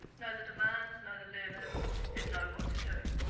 know the demands, know the learners and know what to do.